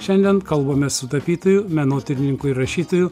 šiandien kalbamės su tapytoju menotyrininku ir rašytoju